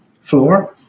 floor